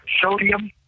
sodium